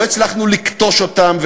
לא הצלחנו לכתוש אותם,